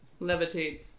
Levitate